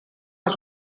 was